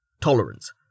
Tolerance